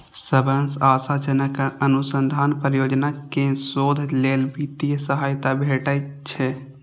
सबसं आशाजनक अनुसंधान परियोजना कें शोध लेल वित्तीय सहायता भेटै छै